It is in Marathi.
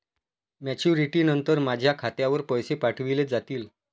मॅच्युरिटी नंतर माझ्या खात्यावर पैसे पाठविले जातील?